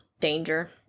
Danger